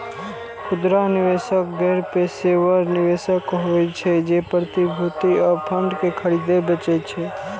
खुदरा निवेशक गैर पेशेवर निवेशक होइ छै, जे प्रतिभूति आ फंड कें खरीदै बेचै छै